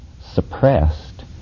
suppressed